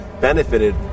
benefited